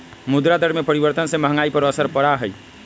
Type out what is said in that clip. मुद्रा दर में परिवर्तन से महंगाई पर असर पड़ा हई